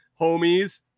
homies